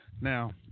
Now